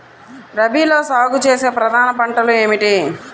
రబీలో సాగు చేసే ప్రధాన పంటలు ఏమిటి?